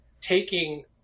taking